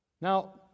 Now